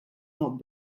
not